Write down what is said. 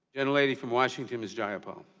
and lady from washington, ms. yeah ah but